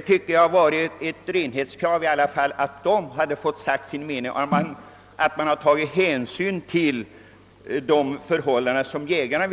Jag tycker att det är ett renhetskrav att jägarna skall få säga sin mening och att man tar hänsyn till vad dessa vill. Jag kan